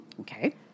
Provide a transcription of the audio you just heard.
Okay